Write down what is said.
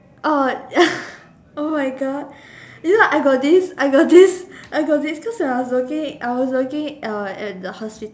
oh ya oh my god you know I got this I got this I got this cause when I was working I was working uh at the hospital